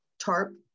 tarp